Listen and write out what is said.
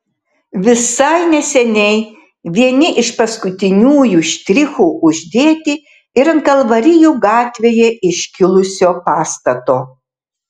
visai neseniai vieni iš paskutiniųjų štrichų uždėti ir ant kalvarijų gatvėje iškilusio pastato